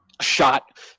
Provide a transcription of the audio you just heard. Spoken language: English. shot